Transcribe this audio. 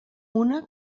una